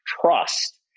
trust